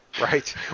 Right